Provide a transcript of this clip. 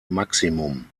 maximum